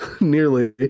nearly